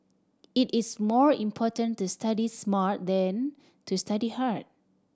it is more important to study smart than to study hard